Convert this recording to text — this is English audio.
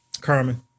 Carmen